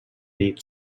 nit